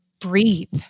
breathe